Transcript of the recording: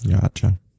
Gotcha